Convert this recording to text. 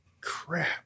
Crap